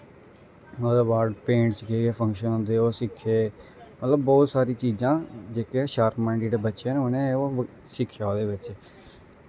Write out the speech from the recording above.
ओह्दे बाद पेंटस केह् केह् फंक्शन होंदे ओह् सिक्खे मतलब बौह्त सारी चीजां जेह्के शार्प माईंडिड बच्चें न ओह् सिक्खेआ ओह्दे बिच्च